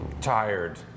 Tired